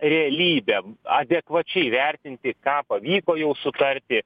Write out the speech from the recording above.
realybę adekvačiai įvertinti ką pavyko jau sutarti